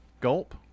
gulp